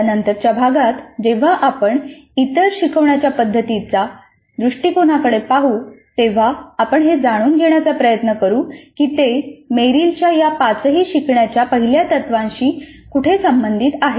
त्यानंतरच्या भागात जेव्हा आपण इतर शिकवण्याच्या पद्धतीच्या दृष्टिकोनाकडे पाहू तेव्हा आपण हे जाणून घेण्याचा प्रयत्न करू की ते मेरिलच्या या पाचही शिकण्याच्या पहिल्या तत्त्वांशी कुठे संबंधित आहेत